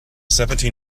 seventeen